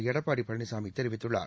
எடப்பாடி பழனிசாமி தெரிவித்துள்ளார்